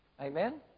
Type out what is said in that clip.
amen